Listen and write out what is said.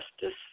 justice